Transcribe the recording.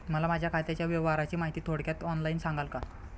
मला माझ्या खात्याच्या व्यवहाराची माहिती थोडक्यात ऑनलाईन सांगाल का?